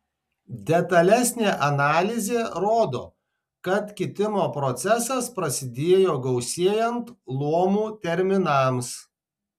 detalesnė analizė rodo kad kitimo procesas prasidėjo gausėjant luomų terminams